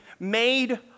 made